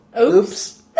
Oops